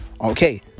Okay